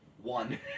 One